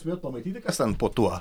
nespėjot pamatyti kas ten po tuo